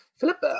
Philip